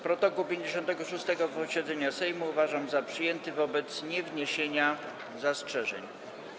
Protokół 56. posiedzenia Sejmu uważam za przyjęty wobec niewniesienia zastrzeżeń.